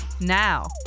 Now